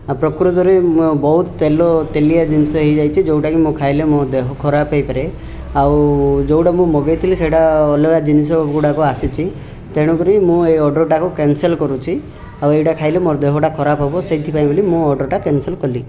ଆ ପ୍ରକୃତରେ ବହୁତ ତେଲ ତେଲିଆ ଜିନିଷ ହୋଇଯାଇଛି ଯେଉଁଟା କି ମୁଁ ଖାଇଲେ ମୋ ଦେହ ଖରାପ ହୋଇପାରେ ଆଉ ଯେଉଁଟା ମୁଁ ମଗେଇଥିଲି ସେଟା ଅଲଗା ଜିନିଷଗୁଡ଼ାକ ଆସିଛି ତେଣୁ କରି ମୁଁ ଏ ଅର୍ଡ଼ର୍ଟାକୁ କ୍ୟାନ୍ସେଲ୍ କରୁଛି ଆଉ ଏଇଟା ଖାଇଲେ ମୋ ଦେହଟା ଖରାପ ହେବ ସେଇଥି ପାଇଁ ବୋଲି ମୁଁ ଅର୍ଡ଼ର୍ଟା କ୍ୟାନ୍ସେଲ୍ କଲି